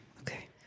Okay